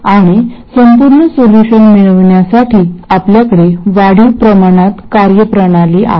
आणि संपूर्ण सॉल्युशन मिळविण्यासाठी आपल्याकडे वाढीव प्रमाणात कार्यप्रणाली आहे